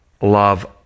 love